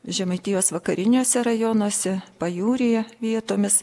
žemaitijos vakariniuose rajonuose pajūryje vietomis